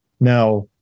Now